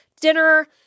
dinner